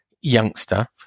youngster